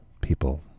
people